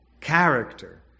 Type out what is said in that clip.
Character